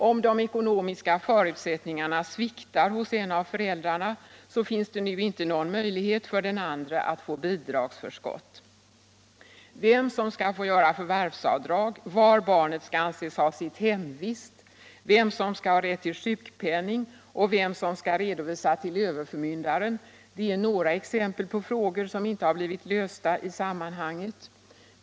Om de ekonomiska förutsättningarna sviktar hos en av föräldrarna finns det nu inte någon möjlighet för den andre att få bidragsförskott. Vem som skall få göra förvärvsavdrag, var barnet skall anses ha sitt hemvist, vem som skall ha rätt till sjukpenning och vem som skall redovisa till överförmyndaren är några exempel på frågor som inte har blivit lösta i sammanhanget.